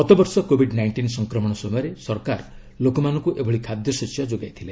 ଗତବର୍ଷ Covid nineteen ସଂକ୍ରମଣ ସମୟରେ ସରକାର ଲୋକମାନଙ୍କୁ ଏଭଳି ଖାଦ୍ୟଶସ୍ୟ ଯୋଗାଇ ଥିଲେ